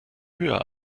höher